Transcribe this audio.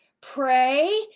Pray